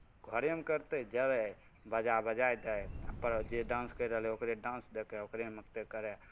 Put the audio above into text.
घरेमे करतै जेबै बाजा बजाइ दै आ अपन जे डान्स करि रहलै हइ ओकरे डान्स देखि कऽ ओकरेमे सँ करय